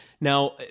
now